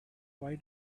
why